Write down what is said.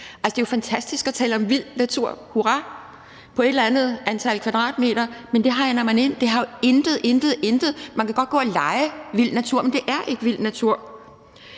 det er jo fantastisk at tale om vild natur, hurra, på et eller andet antal kvadratmeter, men det hegner man ind. Det har jo intet – intet – at gøre med vild natur. Man kan godt lege, at det er vild natur, men det er ikke vild natur.